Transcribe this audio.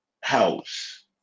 house